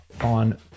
on